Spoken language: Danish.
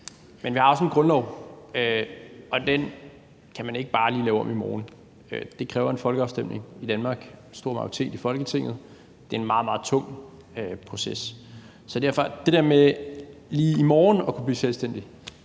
Men vi har også en grundlov, og den kan man ikke bare lige lave om i morgen. Det kræver en folkeafstemning i Danmark og en stor majoritet i Folketinget. Det er en meget, meget tung proces. Så det fungerer nok ikke helt